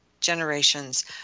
generations